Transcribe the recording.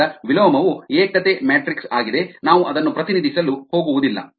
ಆದ್ದರಿಂದ ವಿಲೋಮವು ಏಕತೆ ಮ್ಯಾಟ್ರಿಕ್ಸ್ ಆಗಿದೆ ನಾವು ಅದನ್ನು ಪ್ರತಿನಿಧಿಸಲು ಹೋಗುವುದಿಲ್ಲ